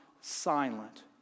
silent